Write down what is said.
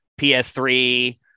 PS3